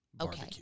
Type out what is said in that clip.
Okay